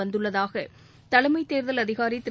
வந்துள்ளதாக தலைமைத் தேர்தல் அதிகாரி திரு